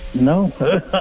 no